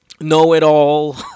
know-it-all